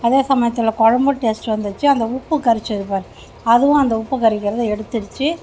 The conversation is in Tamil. அதே சமயத்தில் குழம்பும் டேஸ்ட் வந்துடுச்சி அந்த உப்பு கரித்தது பார் அதுவும் அந்த உப்பு கரிக்கிறத எடுத்துடுச்சு